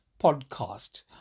podcast